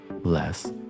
less